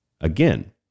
again